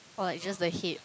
or like just the head